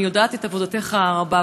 אני יודעת שעבודתך רבה,